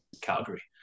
Calgary